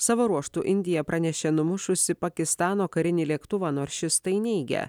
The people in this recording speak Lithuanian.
savo ruožtu indija pranešė numušusi pakistano karinį lėktuvą nors šis tai neigia